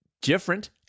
different